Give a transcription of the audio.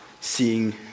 seeing